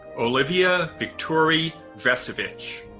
olivia vitore dresevic.